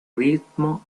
ritmo